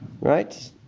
Right